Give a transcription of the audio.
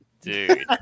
dude